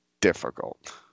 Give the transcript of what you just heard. difficult